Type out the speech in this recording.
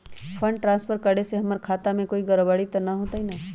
Fund transfer करे से हमर खाता में कोई गड़बड़ी त न होई न?